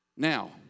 Now